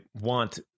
want